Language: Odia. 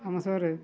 ଆମ ସାର୍